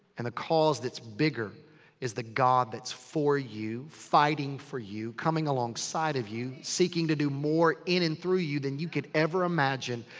and the cause that's bigger is the god that's for you. fighting for you. coming alongside of you. seeking to do more in and through you than you could ever imagine.